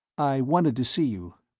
i wanted to see you.